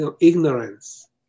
ignorance